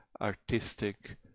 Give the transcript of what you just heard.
artistic